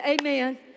Amen